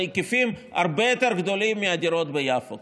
אלו היקפים הרבה יותר גדולים מהדירות ביפו ,